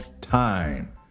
time